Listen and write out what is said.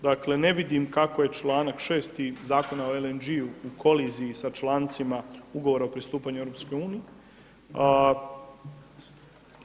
Dakle, ne vidim kako je članak 6. Zakona o LNG-u u koliziji sa člancima ugovora o pristupanju EU-a.